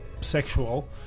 sexual